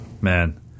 Man